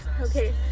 Okay